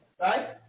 right